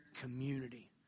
community